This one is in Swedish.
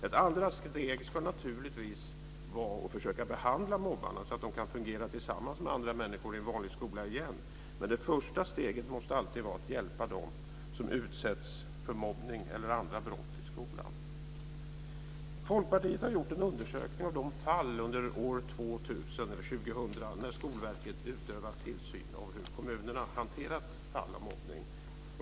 Ett andra steg ska naturligtvis vara att försöka behandla mobbarna så att de kan fungera tillsammans med andra människor i en vanlig skola igen, men det första steget måste alltid vara att hjälpa dem som utsätts för mobbning eller andra brott i skolan. Folkpartiet har gjort en undersökning av de fall under år 2000 där Skolverket utövat tillsyn av hur kommunerna hanterat fall av mobbning.